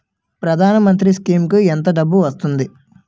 ప్రధాన మంత్రి స్కీమ్స్ కీ ఎంత డబ్బు వస్తుంది?